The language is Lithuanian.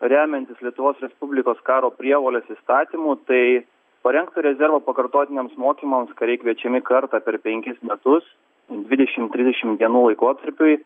remiantis lietuvos respublikos karo prievolės įstatymu tai parengtojo rezervo pakartotiniams mokymams kariai kviečiami kartą per penkis metus dvidešim trisdešim dienų laikotarpiui